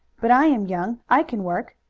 but i am young. i can work,